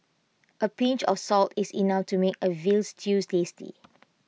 A pinch of salt is enough to make A Veal Stew tasty